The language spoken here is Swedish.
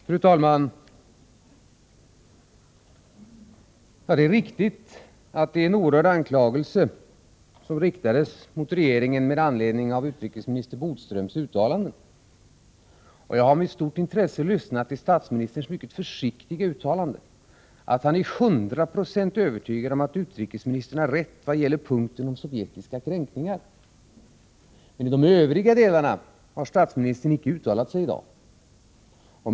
Fru talman! Det är riktigt att det var en oerhörd anklagelse som riktades mot regeringen med anledning av utrikesminister Bodströms uttalanden. Jag har med stort intresse lyssnat till statsministerns mycket försiktiga försäkran att han är hundraprocentigt övertygad om att utrikesministern har rätt i vad gäller sovjetiska kränkningar. Men i fråga om de övriga delarna har statsministern inte uttalat sig i dag.